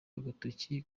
agatoki